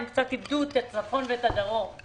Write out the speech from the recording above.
הם קצת איבדו את הצפון ואת הדרום.